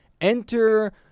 enter